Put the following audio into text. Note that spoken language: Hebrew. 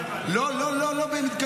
לא תקפתי,